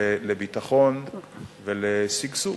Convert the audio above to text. לביטחון ולשגשוג.